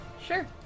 Sure